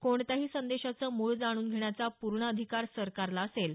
कोणत्याही संदेशाचं मूळ जाणून घेण्याचा पूर्ण अधिकार सरकारला असेल